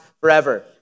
forever